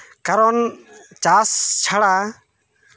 ᱠᱟᱨᱚᱱ ᱪᱟᱥ ᱪᱷᱟᱲᱟ